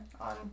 on